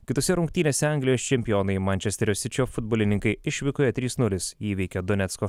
kitose rungtynėse anglijos čempionai mančesterio sičio futbolininkai išvykoje trys nulis įveikė donecko